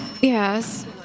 Yes